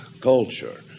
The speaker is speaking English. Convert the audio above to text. culture